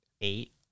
eight